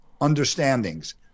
understandings